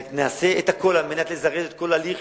נעשה את הכול על מנת לזרז את הליך